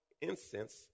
incense